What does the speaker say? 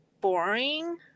boring